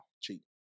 Cheap